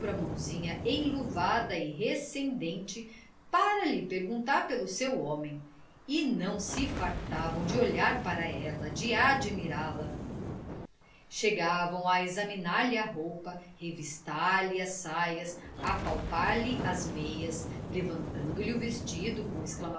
mãozinha enluvada e recendente para lhe perguntar pelo seu homem e não se fartavam de olhar para ela de admirá la chegavam a examinar lhe a roupa revistar lhe as salas apalpar lhe as meias levantando lhe o vestido com